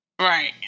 Right